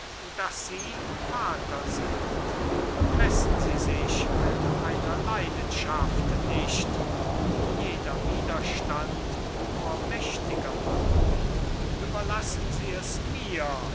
daß sie vater sind messen sie sich mit einer leidenschaft nicht die jeder widerstand nur mächtiger machte überlassen sie es mir